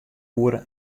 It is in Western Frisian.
oere